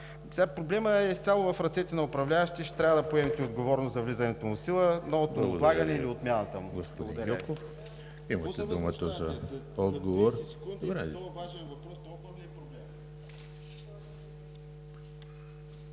Проблемът е изцяло в ръцете на управляващите, ще трябва да поемете отговорност за влизането му в сила, новото му отлагане или отмяната му. Благодаря